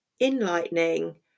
enlightening